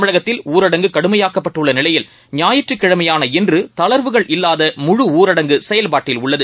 தமிழகத்தில்ஊரடங்குகடுமையாக்கப்பட்டுள்ளநிலையில்ஞாயிற்றுக்கிழமையான இன்றுதளர்வுகள்இல்லாதமுழுஊரடங்குசெயல்பாட்டில்உள்ளது